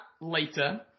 later